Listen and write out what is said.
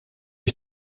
ich